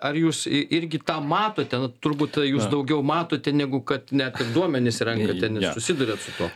ar jūs i irgi tą matote na turbūt tai jūs daugiau matote negu kad net ir duomenis renkate nes susiduriat su tuo